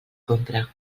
compra